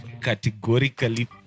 categorically